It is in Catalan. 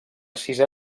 sisè